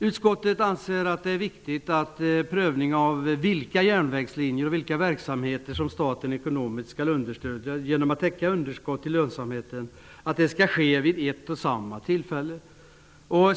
Utskottet anser att det är viktigt att prövning av vilka järnvägslinjer och vilka verksamheter som staten ekonomiskt skall understödja genom att täcka underskott skall ske vid ett och samma tillfälle.